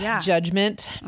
judgment